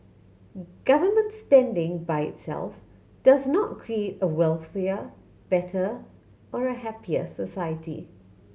government spending by itself does not create a wealthier better or a happier society